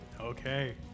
Okay